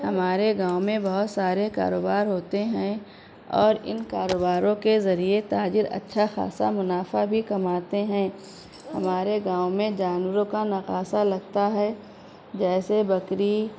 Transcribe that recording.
ہمارے گاؤں میں بہت سارے کاروبار ہوتے ہیں اور ان کاروباروں کے ذریعے تاجر اچھا خاصہ منافع بھی کماتے ہیں ہمارے گاؤں میں جانوروں کا نکاسا لگتا ہے جیسے بکری